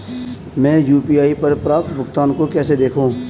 मैं यू.पी.आई पर प्राप्त भुगतान को कैसे देखूं?